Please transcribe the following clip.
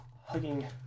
Hugging